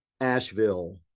Asheville